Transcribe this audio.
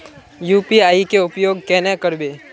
UPI के उपयोग केना करबे?